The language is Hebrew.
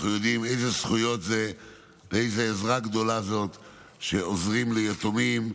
אנחנו יודעים איזו זכות זאת ואיזו עזרה גדולה זאת כשעוזרים ליתומים.